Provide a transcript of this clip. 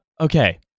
Okay